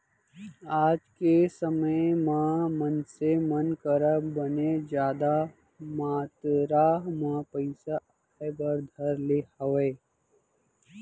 आज के समे म मनसे मन करा बने जादा मातरा म पइसा आय बर धर ले हावय